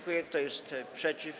Kto jest przeciw?